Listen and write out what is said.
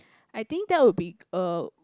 I think that will be a